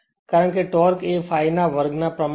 કારણ કે ટોર્ક એ ∅ ના વર્ગ ના પ્રમાણસર છે